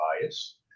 bias